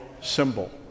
symbol